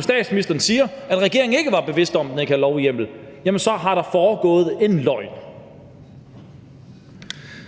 statsministeren samtidig siger, at regeringen ikke var bevidst om, at den ikke havde lovhjemmel, at der har foregået en løgn.